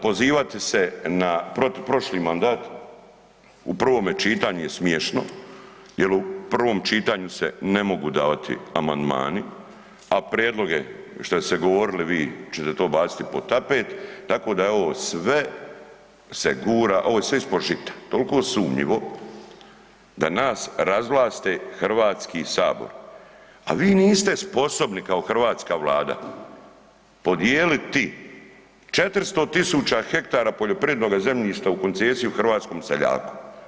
Pozivati se na .../nerazumljivo/... prošli mandat u prvome čitanju je smiješno jer u prvom čitanju se ne mogu davati amandmani, a prijedlog je, što ste govorili vi, ćete to bacili pod tapet, tako da je ovo sve se gura, ovo je sve ispod žita, toliko sumnjivo, da nas razvlaste, HS, a vi niste sposobni kao hrvatska Vlada podijeliti 400 tisuća hektara poljoprivrednoga zemljišta u koncesiju hrvatskom seljaku.